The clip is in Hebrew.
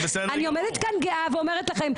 אני עומדת כאן גאה ואני אומרת לכם,